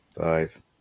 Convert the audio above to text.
Five